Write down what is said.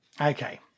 Okay